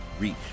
reach